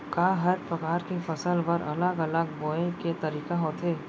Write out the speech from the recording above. का हर प्रकार के फसल बर अलग अलग बोये के तरीका होथे?